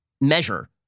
measure